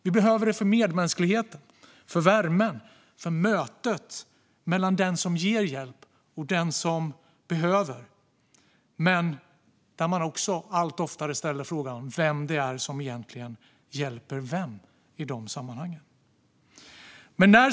Vi behöver det för medmänskligheten, för värmen och för mötet mellan den som ger hjälp och den som behöver, där man också allt oftare ställer frågan vem det egentligen är som hjälper vem i sammanhanget.